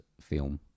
film